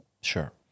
Sure